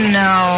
no